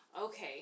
Okay